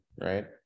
Right